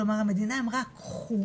כלומר המדינה אמרה לכו